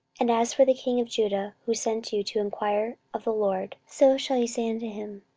and as for the king of judah, who sent you to enquire of the lord, so shall ye say unto him,